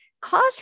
cause